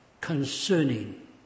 concerning